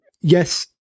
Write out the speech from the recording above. yes